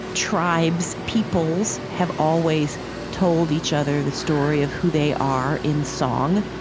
tribes, peoples, have always told each other the story of who they are in song.